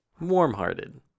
Warm-hearted